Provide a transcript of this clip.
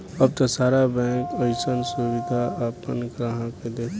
अब त सारा बैंक अइसन सुबिधा आपना ग्राहक के देता